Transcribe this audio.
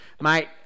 Mate